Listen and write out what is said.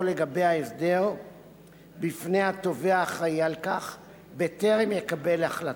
על ההסדר בפני התובע האחראי לכך בטרם יקבל החלטתו.